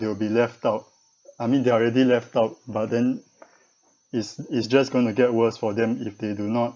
they will be left out I mean they are already left out but then it's it's just gonna get worse for them if they do not